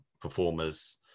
performers